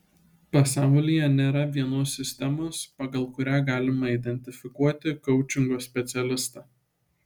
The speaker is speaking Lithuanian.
pasaulyje nėra vienos sistemos pagal kurią galima identifikuoti koučingo specialistą